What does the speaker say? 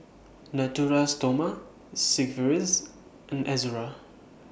Natura Stoma Sigvaris and Ezerra